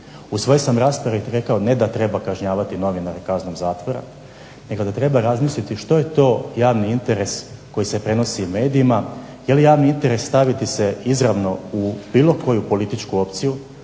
U svojoj sam raspravi rekao ne da treba kažnjavati novinare kaznom zatvora nego da treba razmisliti što je to javni interes koji se prenosi u medijima, je li javni interes staviti se izravno u bilo koju političku opciju